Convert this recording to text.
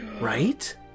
Right